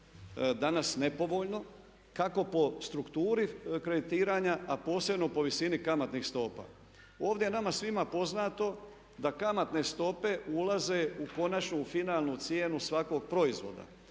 danas nepovoljno kako po strukturi kreditiranja, a posebno po visini kamatnih stopa. Ovdje je nama svima poznato da kamatne stope ulaze u konačnu, u finalnu cijenu svakog proizvoda.